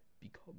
become